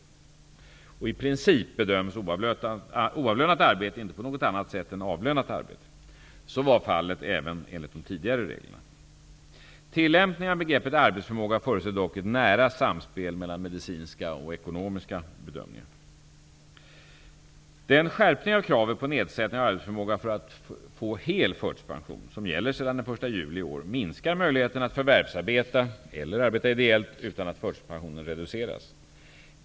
I princip bedöms oavlönat arbete inte på något annat sätt än avlönat arbete. Så var fallet även enligt de tidigare reglerna. Tillämpningen av begreppet arbetsförmåga förutsätter dock ett nära samspel mellan medicinska och ekonomiska bedömningar. Den skärpning av kravet på nedsättning av arbetsförmåga för hel förtidspension som gäller sedan den 1 juli 1993 minskar möjligheterna att förvärvsarbeta eller arbeta ideellt utan att förtidspensionen reduceras.